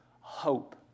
hope